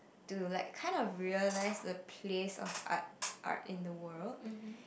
to like kinds of realize the places of art art in the world